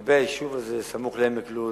לגבי היישוב הזה, סמוך לעמק לוד,